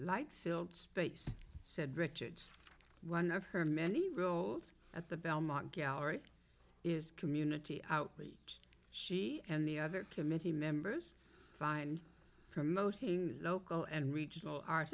light filled space said richards one of her many roles at the belmont gallery is community outreach she and the other committee members and promoting local and regional